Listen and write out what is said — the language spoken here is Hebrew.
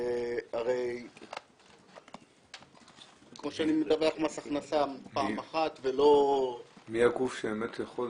הרי כמו שאני מדווח מס הכנסה פעם אחת --- מי הגוף שיכול?